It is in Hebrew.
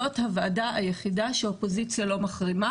זו הוועדה היחידה שהאופוזיציה לא מחרימה